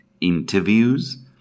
interviews